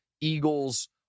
eagles